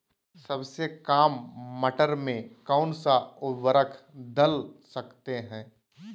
सबसे काम मटर में कौन सा ऊर्वरक दल सकते हैं?